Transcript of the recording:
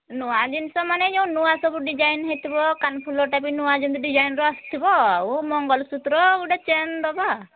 ନୂଆ ଜିନିଷ ମାନେ ଯେଉଁ ନୂଆ ସବୁ ଡିଜାଇନ ହେଇଥିବ କାନ ଫୁଲଟା ବି ନୂଆ ଯେମିତି ଡିଜାଇନର ଆସିଥିବ ଆଉ ମଙ୍ଗଳସୁତ୍ର ଆଉ ଗୋଟେ ଚେନ୍ ଦେବା